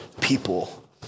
people